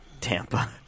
Tampa